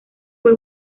fue